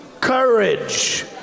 courage